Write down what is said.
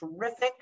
terrific